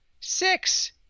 Six